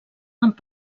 amb